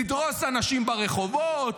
לדרוס אנשים ברחובות,